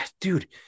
dude